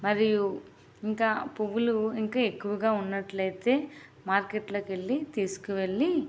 మరియు ఇంకా పువ్వులు ఇంకా ఎక్కువగా ఉన్నట్టు అయితే మార్కెట్లోకి వెళ్ళి తీసుకు వెళ్ళి